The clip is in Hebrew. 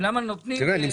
ולמה נותנים וכולי.